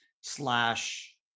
slash